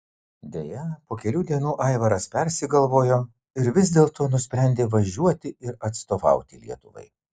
deja po kelių dienų aivaras persigalvojo ir vis dėlto nusprendė važiuoti ir atstovauti lietuvai